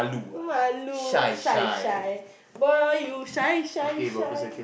malu shy shy boy you shy shy shy